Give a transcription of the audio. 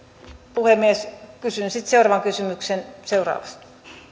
puhemies kysyn sitten seuraavan kysymyksen seuraavassa